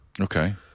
Okay